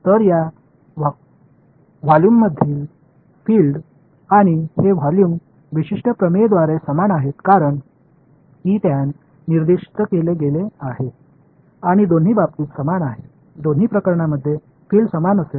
तर या व्हॉल्यूममधील फील्ड आणि हे व्हॉल्यूम विशिष्ट प्रमेयद्वारे समान आहेत कारण ई टॅन निर्दिष्ट केले गेले आहे आणि दोन्ही बाबतीत समान आहे दोन्ही प्रकरणांमध्ये फील्ड समान असेल